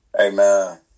Amen